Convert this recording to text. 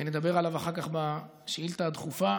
ונדבר עליו אחר כך בשאילתה הדחופה,